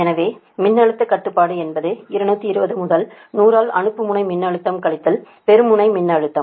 எனவே மின்னழுத்த கட்டுப்பாடு என்பது 220 முதல் 100 இல் அனுப்பு முனை மின்னழுத்தம் கழித்தல் பெரும் முனை மின்னழுத்தம்